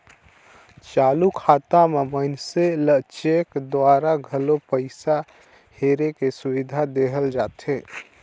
चालू खाता मे मइनसे ल चेक दूवारा घलो पइसा हेरे के सुबिधा देहल जाथे